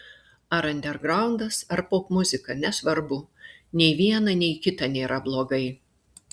ar andergraundas ar popmuzika nesvarbu nei viena nei kita nėra blogai